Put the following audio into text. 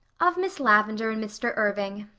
of miss lavendar and mr. irving,